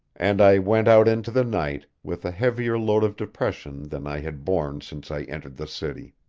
and i went out into the night with a heavier load of depression than i had borne since i entered the city.